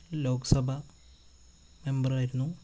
Lok Sabha മെമ്പറായിരുന്നു